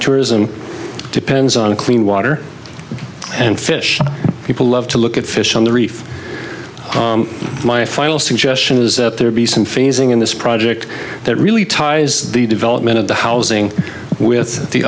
tourism depends on clean water and fish people love to look at fish on the reef my final suggestion is that there be some phasing in this project that really ties the development of the housing with the